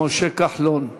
משה כחלון.